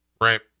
Right